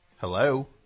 Hello